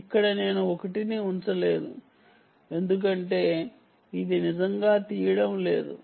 నేను ఇక్కడ l ని ఉంచలేదు ఎందుకంటే ఇది నిజంగా తీయడం లేదు